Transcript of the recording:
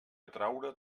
atraure